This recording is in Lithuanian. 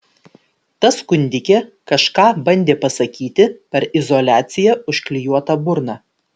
ta skundikė kažką bandė pasakyti per izoliacija užklijuotą burną